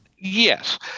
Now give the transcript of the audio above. Yes